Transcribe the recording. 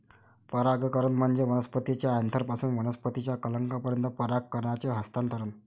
परागकण म्हणजे वनस्पतीच्या अँथरपासून वनस्पतीच्या कलंकापर्यंत परागकणांचे हस्तांतरण